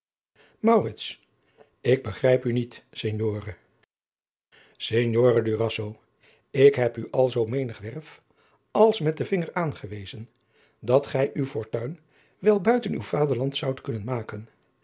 ik begrijp u niet signore signore durazzo ik heb u alzoo menigwerf als adriaan loosjes pzn het leven van maurits lijnslager met den vinger aangewezen dat gij uw fortuin wel buiten uw vaderland zoudt kunnen maken